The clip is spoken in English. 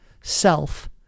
self